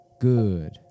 good